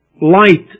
light